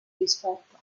rispetto